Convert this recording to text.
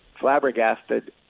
flabbergasted